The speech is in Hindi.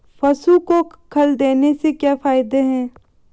पशु को खल देने से क्या फायदे हैं?